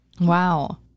Wow